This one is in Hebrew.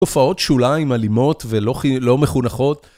תופעות שוליים אלימות ולא מחונכות.